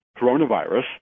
coronavirus